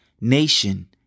Nation